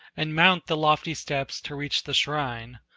and mount the lofty steps to reach the shrine,